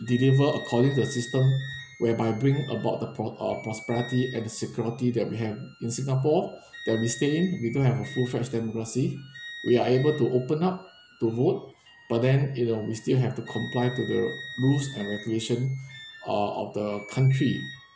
deliver according to the system whereby bring about the pro~ uh prosperity and the security that we have in singapore that we're staying we don't have a full fledged democracy we are able to open up to vote but then you know we still have to comply to the rules and regulation uh of the country